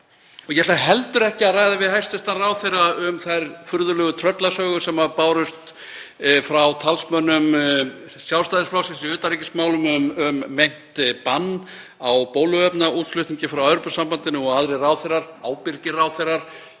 heldur ekki að ræða við hæstv. ráðherra um þær furðulegu tröllasögur sem bárust frá talsmönnum Sjálfstæðisflokksins í utanríkismálum um meint bann á bóluefnaútflutningi frá Evrópusambandinu og aðrir ráðherrar, ábyrgir hæstv.